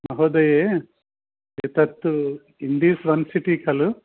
महोदय एतत् India's one city खलु